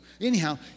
Anyhow